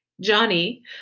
Johnny